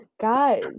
guys